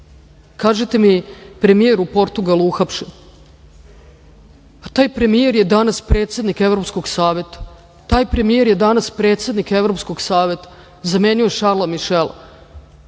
deci. Kažete mi - premijer u Portugalu je uhapšen. Taj premijer je danas predsednik Evropskog saveta, taj premijer je danas predsednik Evropskog saveta zamenio Šarla Mišela